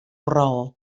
raó